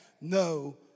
no